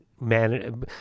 Man